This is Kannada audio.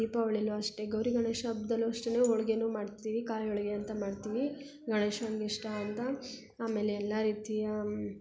ದೀಪಾವಳಿಲೂ ಅಷ್ಟೇ ಗೌರಿ ಗಣೇಶ ಹಬ್ದಲು ಅಷ್ಟೇನು ಹೋಳ್ಗೆನು ಮಾಡ್ತೀವಿ ಕಾಯಿ ಹೋಳ್ಗೆ ಅಂತ ಮಾಡ್ತೀವಿ ಗಣೇಶಂಗೆ ಇಷ್ಟ ಅಂತ ಆಮೇಲೆ ಎಲ್ಲ ರೀತಿಯ